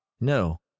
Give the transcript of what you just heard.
No